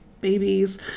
babies